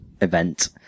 event